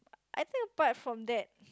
I think apart from that